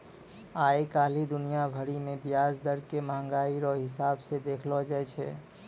आइ काल्हि दुनिया भरि मे ब्याज दर के मंहगाइ रो हिसाब से देखलो जाय छै